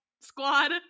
squad